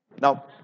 Now